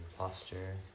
posture